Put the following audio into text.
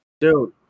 Dude